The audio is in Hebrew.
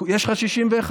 יש לך 61?